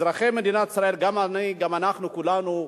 אזרחי מדינת ישראל, גם אני, גם אנחנו כולנו,